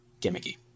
gimmicky